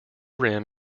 rim